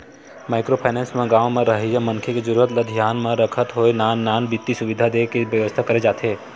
micro finance म गाँव म रहवइया मनखे के जरुरत ल धियान म रखत होय नान नान बित्तीय सुबिधा देय के बेवस्था करे जाथे